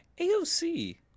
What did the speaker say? AOC